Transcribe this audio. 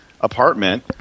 apartment